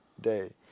day